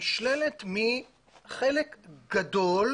נשללת מחלק גדול,